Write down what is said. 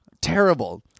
terrible